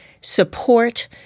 support